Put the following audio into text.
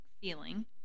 feeling